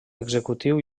executiu